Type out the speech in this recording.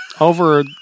Over